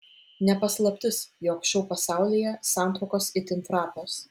ne paslaptis jog šou pasaulyje santuokos itin trapios